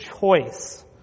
choice